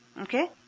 Okay